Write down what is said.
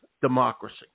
democracy